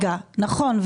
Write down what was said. נכון.